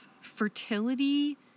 fertility